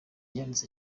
yanditse